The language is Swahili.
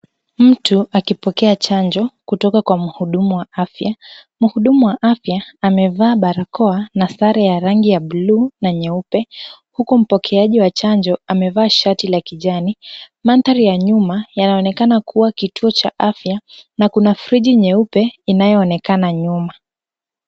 Mtu akipokea chanjo kutoka kwa mhudumu wa afya. Mhudumu wa afya amevaa barakoa na sare ya rangi ya bluu na nyeupe huku mpokeaji wa chanjo amevaa shati la kijani. Mandhari ya nyuma yanaonekana kuwa kituo cha afya na kuna friji nyeupe inayoonekana nyuma.